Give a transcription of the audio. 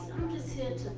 just here